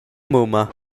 mumma